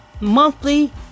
monthly